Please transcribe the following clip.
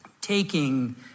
taking